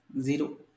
Zero